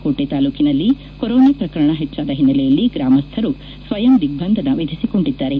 ಕೋಟೆ ತಾಲೂಕಿನಲ್ಲಿ ಕೊರೋನ ಪ್ರಕರಣ ಹೆಚ್ಚಾದ ಹಿನ್ನೆಲೆಯಲ್ಲಿ ಗ್ರಮಸ್ವರು ಸ್ವಯಂ ದಿಗ್ಬಂದನ ವಿಧಿಸಿಕೊಂಡಿದ್ದಾರೆ